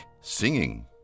singing